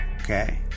Okay